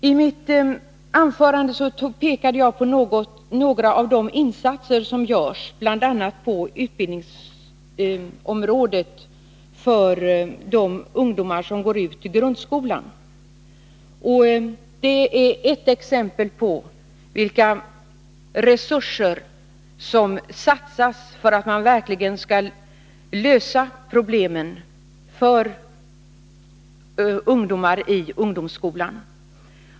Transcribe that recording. I mitt anförande pekar jag på några av de insatser som görs, bl.a. på utbildningsområdet för de ungdomar som går ut grundskolan. Detta är ett exempel på vilka resurser som satsas för att man verkligen skall lösa problemen för våra ungdomar i ungdomsskolan.